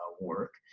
work